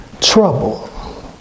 trouble